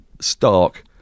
Stark